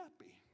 happy